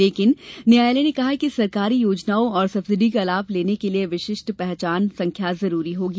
लेकिन न्यायालय ने कहा कि सरकारी योजनाओं और सब्सिडी का लाभ लेने के लिए विशिष्ट पहचान संख्या जरूरी होगी